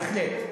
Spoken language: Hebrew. בהחלט.